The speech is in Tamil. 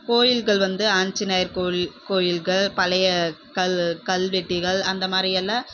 கோயில்கள் வந்து ஆஞ்சநேயர் கோயில் கோயில்கள் பழைய கல் கல்வெட்டுகள் அந்த மாதிரி எல்லாம்